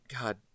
God